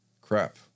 Crap